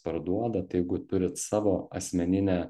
parduoda tai jeigu turit savo asmeninę